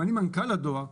אם אני מנכ"ל הדואר,